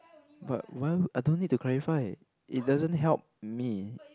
but why I don't need to clarify it doesn't help me